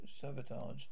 sabotage